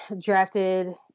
drafted